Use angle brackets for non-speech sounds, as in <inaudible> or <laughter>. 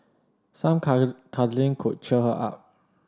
some <unintelligible> cuddling could cheer her up